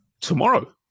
tomorrow